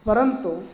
परन्तु